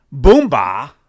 Boomba